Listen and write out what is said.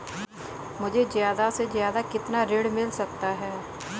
मुझे ज्यादा से ज्यादा कितना ऋण मिल सकता है?